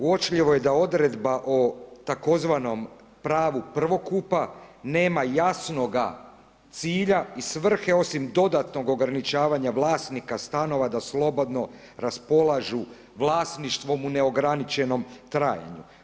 Uočljivo da odredba o tzv. pravo prvokupa nema jasnoga cilja i svrhe osim dodatnog ograničavanja vlasnika stanova da slobodno raspolažu vlasništvom u neograničenom trajanju.